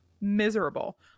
miserable